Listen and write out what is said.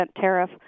tariff